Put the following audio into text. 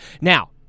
Now